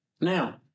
Now